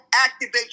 activate